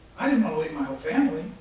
i didn't want to leave my whole family,